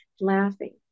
laughing